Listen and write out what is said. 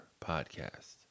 podcast